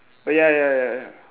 oh ya ya ya